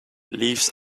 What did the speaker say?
leaves